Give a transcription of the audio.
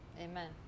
Amen